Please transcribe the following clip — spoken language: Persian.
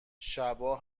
شبا